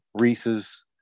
Reese's